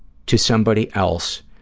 to somebody else